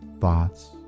thoughts